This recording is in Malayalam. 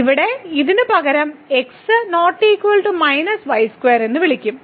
ഇവിടെ ഇതിനുപകരം എന്ന് വിളിക്കും